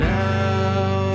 now